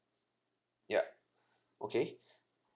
ya okay